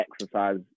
exercise